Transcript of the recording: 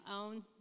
own